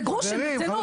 עניין של גרושים, ברצינות.